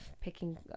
picking